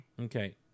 Okay